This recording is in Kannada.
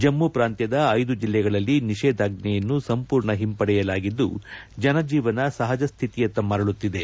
ಜಮ್ಮ ಪೂಂತ್ಯದ ಐದು ಜಿಲ್ಲೆಗಳಲ್ಲಿ ನಿಷೇಧಾಜ್ವೆಯನ್ನು ಸಂಪೂರ್ಣ ಹಿಂಪಡೆಯಲಾಗಿದ್ದು ಜನಜೀವನ ಸಹಜ ಶ್ಶಿತಿಯತ್ತ ಮರಳುತ್ತಿದೆ